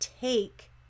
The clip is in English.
take